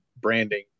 branding